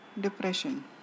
depression